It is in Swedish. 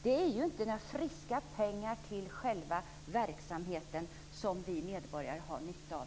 Det handlar ju inte om friska pengar till själva verksamheten, som vi medborgare sedan har nytta av.